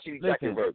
Listen